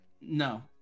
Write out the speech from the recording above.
No